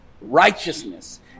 Righteousness